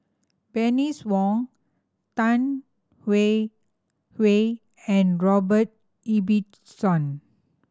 Bernice Wong Tan Hwee Hwee and Robert Ibbetson